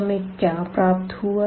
तो हमें क्या प्राप्त हुआ